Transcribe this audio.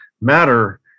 matter